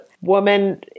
woman